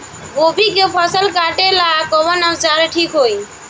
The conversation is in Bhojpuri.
गोभी के फसल काटेला कवन औजार ठीक होई?